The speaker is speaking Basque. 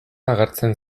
agertzen